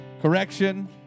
Correction